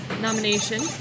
Nomination